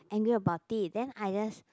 angry about it then I just